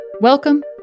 Welcome